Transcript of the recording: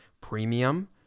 premium